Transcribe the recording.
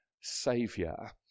saviour